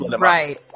Right